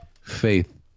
faith